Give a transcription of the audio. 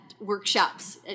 workshops